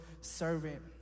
servant